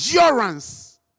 endurance